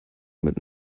mit